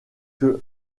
que